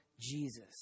Jesus